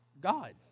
God